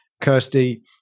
Kirsty